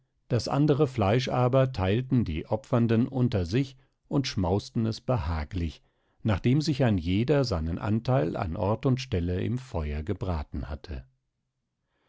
das andere fleisch aber teilten die opfernden unter sich und schmausten es behaglich nachdem sich ein jeder seinen anteil an ort und stelle im feuer gebraten hatte